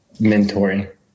Mentoring